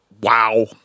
Wow